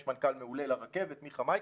יש מנכ"ל מעולה לרכבת, מיכה מייקסנר,